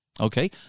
Okay